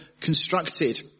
constructed